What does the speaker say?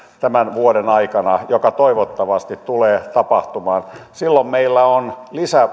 tämän vuoden aikana mikä toivottavasti tulee tapahtumaan silloin meillä on